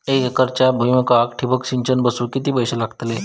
एक एकरच्या भुईमुगाक ठिबक सिंचन बसवूक किती पैशे लागतले?